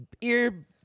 ear